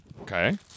Okay